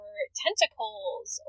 tentacles